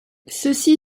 ceci